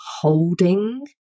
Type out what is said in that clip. holding